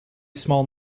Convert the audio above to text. small